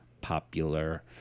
popular